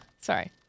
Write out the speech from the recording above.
Sorry